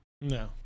No